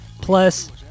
plus